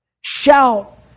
Shout